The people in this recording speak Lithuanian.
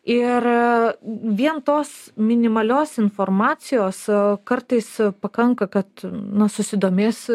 ir vien tos minimalios informacijos kartais pakanka kad na susidomės